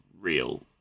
real